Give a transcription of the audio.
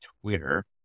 Twitter